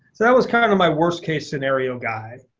that was kind of my worst case scenario guy.